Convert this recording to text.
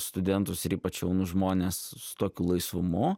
studentus ir ypač jaunus žmones su tokiu laisvumu